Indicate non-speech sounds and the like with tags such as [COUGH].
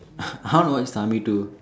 [LAUGHS] I want to watch Saamy 2